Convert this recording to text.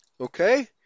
Okay